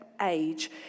age